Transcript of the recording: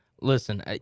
Listen